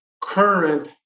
current